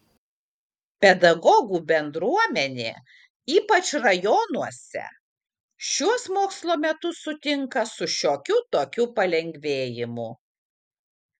pedagogų bendruomenė ypač rajonuose šiuos mokslo metus sutinka su šiokiu tokiu palengvėjimu